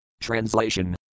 Translation